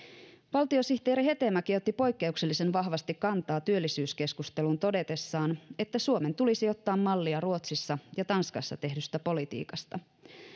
valtiosihteeri hetemäki otti poikkeuksellisen vahvasti kantaa työllisyyskeskusteluun todetessaan että suomen tulisi ottaa mallia ruotsissa ja tanskassa tehdystä politiikasta